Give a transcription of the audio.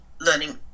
learning